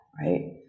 right